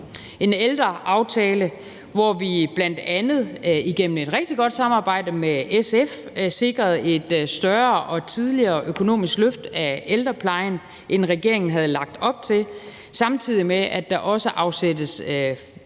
en ældreaftale, hvor vi bl.a. igennem et rigtig godt samarbejde med SF sikrede et større og tidligere økonomisk løft af ældreplejen, end regeringen havde lagt op til, samtidig med at der også afsættes